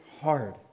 hard